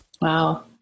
Wow